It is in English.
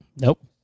Nope